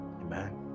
Amen